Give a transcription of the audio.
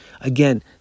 Again